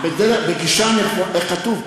איך כתוב,